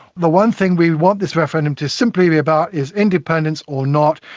the one thing we want this referendum to simply be about is independence or not,